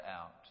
out